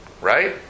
Right